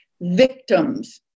victims